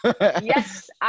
Yes